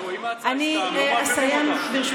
אם ההצעה היא סתם, לא מעבירים אותה.